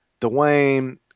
Dwayne